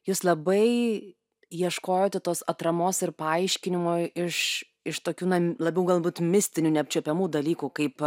jūs labai ieškojote tos atramos ir paaiškinimo iš iš tokių na labiau galbūt mistinių neapčiuopiamų dalykų kaip